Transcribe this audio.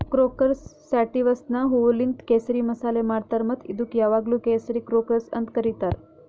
crocus ಸ್ಯಾಟಿವಸ್ನ ಹೂವೂಲಿಂತ್ ಕೇಸರಿ ಮಸಾಲೆ ಮಾಡ್ತಾರ್ ಮತ್ತ ಇದುಕ್ ಯಾವಾಗ್ಲೂ ಕೇಸರಿ ಕ್ರೋಕಸ್ ಅಂತ್ ಕರಿತಾರ್